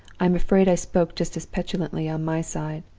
i am afraid i spoke just as petulantly on my side,